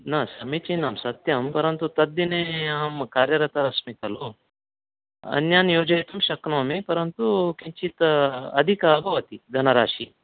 न समीचीनं सत्यं परन्तु तद्दिने अहं कार्यरतः अस्मि खलु अन्यान् योजयितुं शक्नोमि परन्तु किञ्चिद् अधिकः भवति धनराशिः